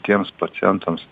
tiems pacientams